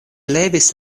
levis